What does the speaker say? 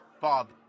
Bob